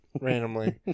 randomly